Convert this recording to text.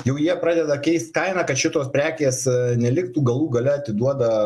jau jie pradeda keist kainą kad šitos prekės neliktų galų gale atiduoda